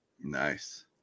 Nice